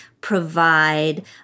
provide